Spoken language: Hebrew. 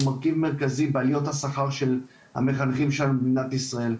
שהוא המרכיב המרכזי בעליות השכר של המחנכים שלנו במדינת ישראל.